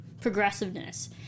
progressiveness